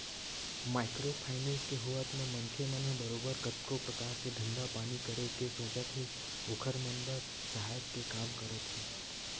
micro finance के होवत म मनखे मन ह बरोबर कतको परकार के धंधा पानी करे के सोचत हे ओखर मन बर सहायक के काम करत हे